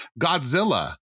Godzilla